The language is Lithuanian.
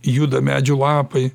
juda medžių lapai